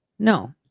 No